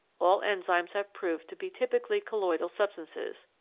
all enzymes have proved to be typically colloidal substances,